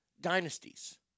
Dynasties